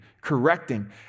correcting